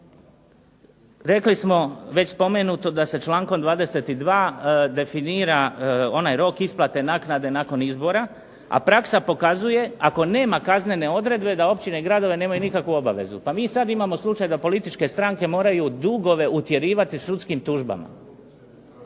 rekli smo već spomenuto da se člankom 22. definira onaj rok isplate naknade nakon izbora, a praksa pokazuje ako nema kaznene odredbe, da općine i gradovi nemaju nikakvu obavezu. Pa mi sada imamo slučaj da političke stranke moraju dugove utjerivati sudskim tužbama.